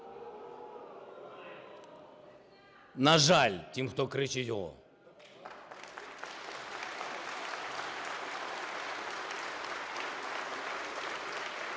На жаль – тим, хто кричить "о".